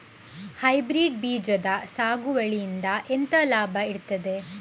Hybrid ಬೀಜದ ಸಾಗುವಳಿಯಿಂದ ಎಂತ ಲಾಭ ಇರ್ತದೆ?